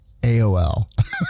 AOL